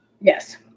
Yes